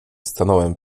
stanąłem